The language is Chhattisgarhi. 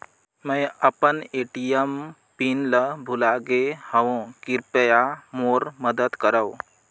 मैं अपन ए.टी.एम पिन ल भुला गे हवों, कृपया मोर मदद करव